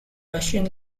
russian